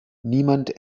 niemand